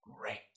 great